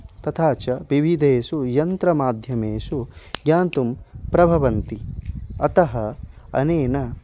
तथा च विविधेसु यन्त्रमाध्यमेसु ज्ञातुं प्रभवन्ति अतः अनेन